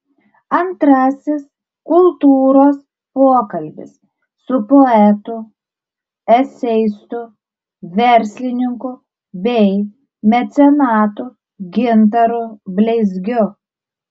antrasis kultūros pokalbis su poetu eseistu verslininku bei mecenatu gintaru bleizgiu